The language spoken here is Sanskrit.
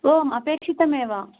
आम् अपेक्षितम् एव